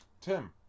Tim